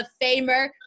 Famer